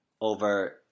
over